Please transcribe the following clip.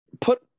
put –